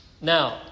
now